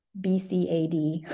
BCAD